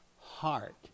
heart